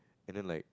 and then like